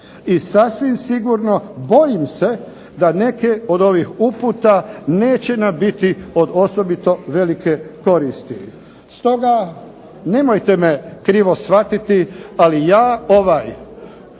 I sasvim sigurno, bojim se, da neke od ovih uputa neće nam biti od osobito velike koristi. Stoga, nemojte me krivo shvatiti, ali ja ovaj